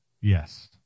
Yes